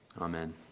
Amen